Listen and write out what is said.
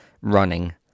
running